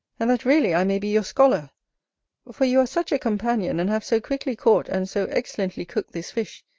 and that really i may be your scholar for you are such a companion, and have so quickly caught and so excellently cooked this fish,